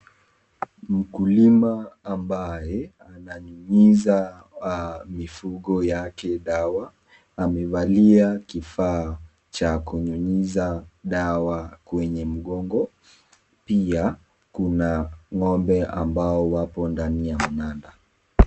Mkulima ambaye ana nyunyuzia mifugo yake dawa amevalia kifaa cha kunyunyuza dawa kwenye mgongo pia kuna ng'ombe wapo ndani ya mnanda.